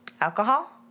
Alcohol